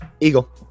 Eagle